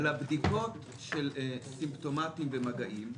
על הבדיקות של סימפטומטים במגעים,